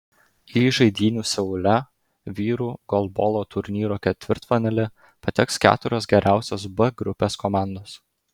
į žaidynių seule vyrų golbolo turnyro ketvirtfinalį pateks keturios geriausios b grupės komandos